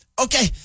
okay